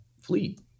fleet